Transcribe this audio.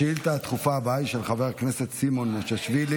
השאילתה הדחופה הבאה היא של חבר הכנסת סימון מושיאשוילי,